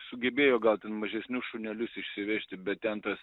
sugebėjo gal ten mažesnius šunelius išsivežti bet ten tas